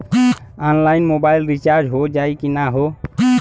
Online mobile recharge हो जाई की ना हो?